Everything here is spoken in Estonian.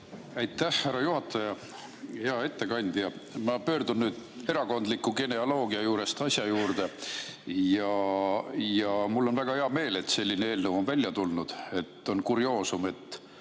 Aitäh, härra juhataja! Hea ettekandja! Ma pöördun nüüd erakondliku genealoogia juurest asja juurde. Ja mul on väga hea meel, et selline eelnõu on välja tulnud. On kurioosum, et